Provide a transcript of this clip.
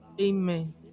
amen